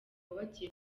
bagiye